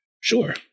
sure